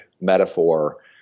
metaphor